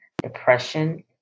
depression